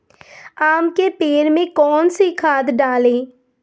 आम के पेड़ में कौन सी खाद डालें?